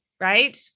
Right